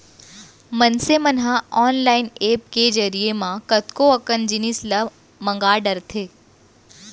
मनसे मन ह ऑनलाईन ऐप के जरिए म कतको अकन जिनिस ल मंगा डरथे